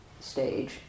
stage